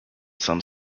some